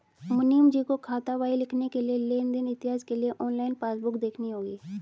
मुनीमजी को खातावाही लिखने के लिए लेन देन इतिहास के लिए ऑनलाइन पासबुक देखनी होगी